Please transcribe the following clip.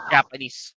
Japanese